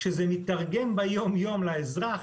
כשזה מתרגם ביומיום לאזרח,